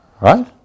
Right